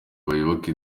bayoboke